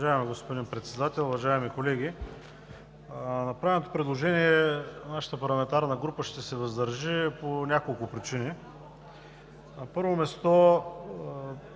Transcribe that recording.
Уважаеми господин Председател, уважаеми колеги! На направеното предложение нашата парламентарна група ще се въздържи по няколко причини. На първо място,